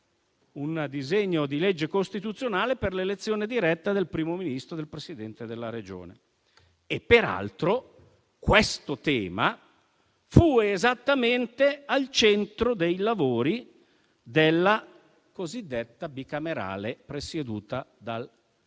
un disegno di legge costituzionale per l'elezione diretta del Primo Ministro e del Presidente della Regione. Peraltro, questo tema fu esattamente al centro dei lavori della Commissione bicamerale per le riforme